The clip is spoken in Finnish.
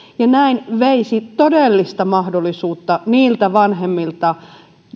ja näin veisi todellista mahdollisuutta niiltä vanhemmilta